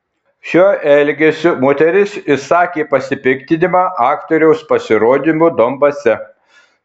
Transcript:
šiuo elgesiu moteris išsakė pasipiktinimą aktoriaus pasirodymu donbase